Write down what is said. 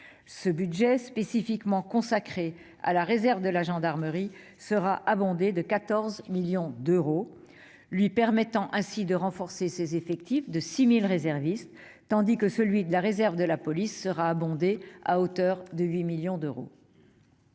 Le budget spécifiquement consacré à la réserve de la gendarmerie sera crédité de 14 millions d'euros, soit un renfort de 6 000 réservistes, tandis que celui de la réserve de la police sera abondé à hauteur de 8 millions d'euros.